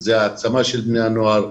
זאת העצמת בני הנוער.